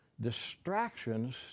distractions